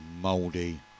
Moldy